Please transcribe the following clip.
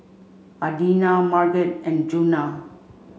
Adina Marget and Djuna